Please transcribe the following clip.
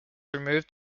removed